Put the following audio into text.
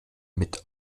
mit